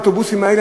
האוטובוסים האלה,